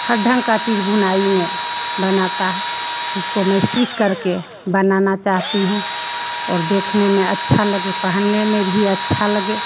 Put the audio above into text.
हर ढंग का चीज़ बुनाई में बनाता है जिसको मैं सीख करके बनाना चाहती हूँ और देखने में अच्छा लगे पहनने में भी अच्छा लगे